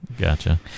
Gotcha